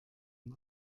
den